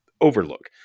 Overlook